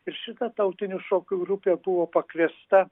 ir šita tautinių šokių grupė buvo pakviesta